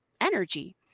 energy